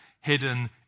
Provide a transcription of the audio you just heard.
hidden